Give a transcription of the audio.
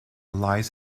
lies